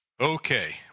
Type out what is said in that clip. Okay